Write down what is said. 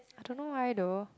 I don't know why though